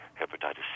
hepatitis